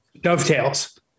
dovetails